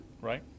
right